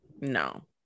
No